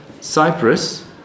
Cyprus